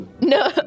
No